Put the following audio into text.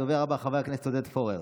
הדובר הבא, חבר הכנסת עודד פורר.